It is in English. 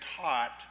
taught